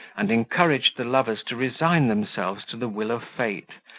and encouraged the lovers to resign themselves to the will of fate,